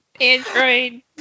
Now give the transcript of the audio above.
Android